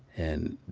and